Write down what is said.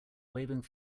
waving